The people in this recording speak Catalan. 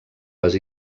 les